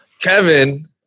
Kevin